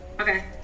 Okay